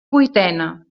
vuitena